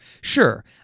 Sure